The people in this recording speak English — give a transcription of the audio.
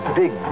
big